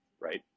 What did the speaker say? right